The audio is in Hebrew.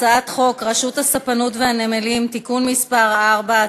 הצעת חוק רשות הספנות והנמלים (תיקון מס' 4),